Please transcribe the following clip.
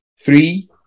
Three